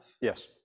Yes